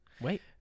wait